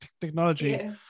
technology